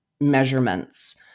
measurements